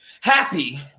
happy